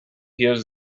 hears